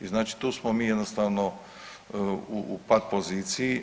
I znači tu smo mi jednostavno u pat poziciji.